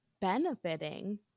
benefiting